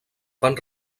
fan